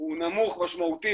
הוא נמוך משמעותית,